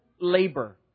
labor